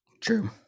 True